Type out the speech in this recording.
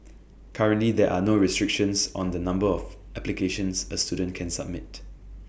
currently there are no restrictions on the number of applications A student can submit